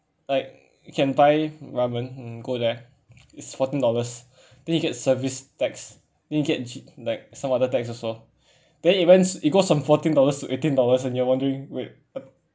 like ramen go there it's fourteen dollars then you get service tax then you get G~ like some other tax also then even it goes on fourteen dollars to eighteen dollars and you're wondering wait